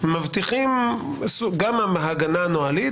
שמבטיחים גם הגנה נוהלית.